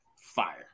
fire